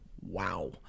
Wow